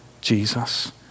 Jesus